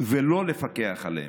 ולא לפקח עליהם,